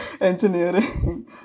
engineering